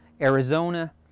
Arizona